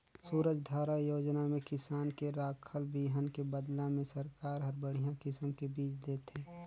सूरजधारा योजना में किसान के राखल बिहन के बदला में सरकार हर बड़िहा किसम के बिज देथे